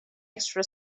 extra